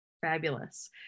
Fabulous